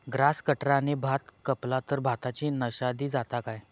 Grass कटराने भात कपला तर भाताची नाशादी जाता काय?